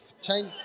Change